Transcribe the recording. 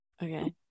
Okay